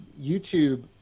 youtube